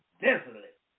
desolate